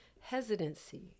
hesitancy